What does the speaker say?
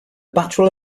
bachelor